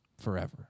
forever